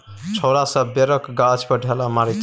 छौरा सब बैरक गाछ पर ढेला मारइ छै